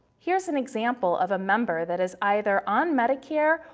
here's an example of a member that is either on medicare,